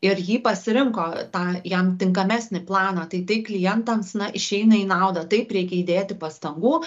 ir jį pasirinko tą jam tinkamesnį planą tai tai klientams na išeina į naudą taip reikia įdėti pastangų